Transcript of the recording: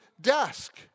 desk